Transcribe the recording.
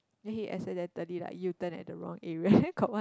then he accidentally like U-turn at the wrong area then got one